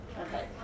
Okay